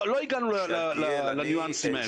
לא הגענו לניואנסים האלה.